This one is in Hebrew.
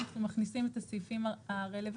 אנחנו מכניסים את הסעיפים הרלוונטיים